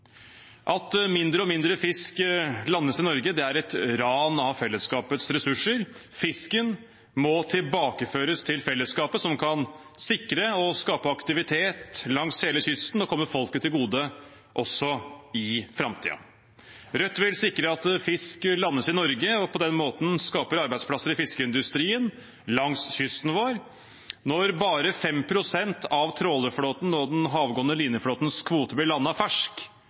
At mindre og mindre fisk landes i Norge, er et ran av fellesskapets ressurser. Fisken må tilbakeføres til fellesskapet, som kan sikre og skape aktivitet langs hele kysten og komme folket til gode, også i framtiden. Rødt vil sikre at fisk landes i Norge og på den måten skape arbeidsplasser i fiskeindustrien langs kysten vår. Når bare 5 pst. av trålerflåten og den havgående lineflåtens kvoter blir landet fersk,